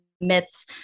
myths